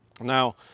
Now